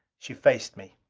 she faced me.